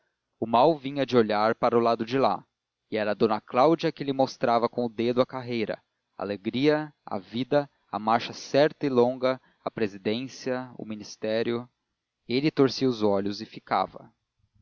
o mal vinha de olhar para o lado de lá e era d cláudia que lhe mostrava com o dedo a carreira a alegria a vida a marcha certa e longa a presidência o ministério ele torcia os olhos e ficava